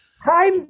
Hi